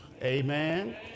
Amen